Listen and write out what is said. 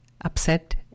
upset